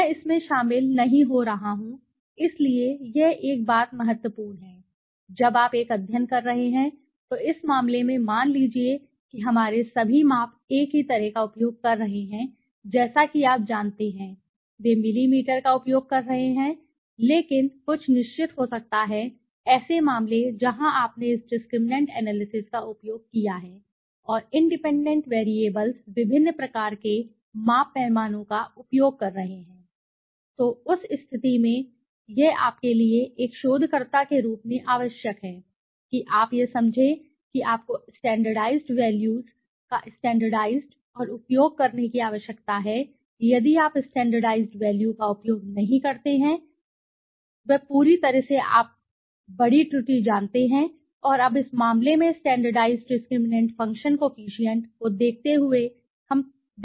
मैं इसमें शामिल नहीं हो रहा हूं इसलिए यह एक बात महत्वपूर्ण है जब आप एक अध्ययन कर रहे हैं तो इस मामले में मान लीजिए कि हमारे सभी माप एक ही तरह का उपयोग कर रहे हैं जैसे कि आप जानते हैं वे मिलीमीटर का उपयोग कर रहे हैं हाँ लेकिन कुछ निश्चित हो सकता है ऐसे मामले जहां आपने इस डिस्क्रिमिनैंट एनालिसिस का उपयोग किया है और इंडिपेंडेंट वैरिएबल्स विभिन्न प्रकार के माप पैमानों का उपयोग कर रहे हैं तो उस स्थिति में यह आपके लिए एक शोधकर्ता के रूप में आवश्यक है कि आप यह समझें कि आपको स्टैण्डर्डाइज़्ड वैल्यूज का स्टैण्डर्डाइज़्ड और उपयोग करने की आवश्यकता है यदि आप स्टैण्डर्डाइज़्ड मूल्यstandardizedवैल्यू का उपयोग नहीं करते हैं जो आप कुछ कर रहे हैं वह पूरी तरह से आप बड़ी त्रुटि जानते हैं और अब इस मामले में स्टैण्डर्डाइज़्ड डिस्क्रिमिनेट फ़ंक्शन कोफिशिएंट को देखते हुए हम देख सकते हैं